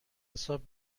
حساب